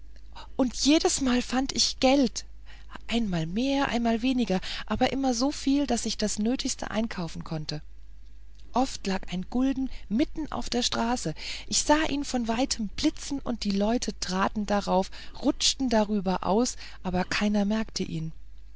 und jedesmal fand ich geld einmal mehr einmal weniger aber immer soviel daß ich das nötigste einkaufen konnte oft lag ein gulden mitten auf der straße ich sah ihn von weitem blitzen und die leute traten darauf rutschten aus darüber aber keiner bemerkte ihn